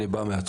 אני בא מהתחום,